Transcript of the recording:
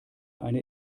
eine